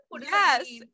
yes